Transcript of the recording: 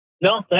No